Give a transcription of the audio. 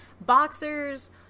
boxers